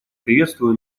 приветствую